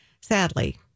Sadly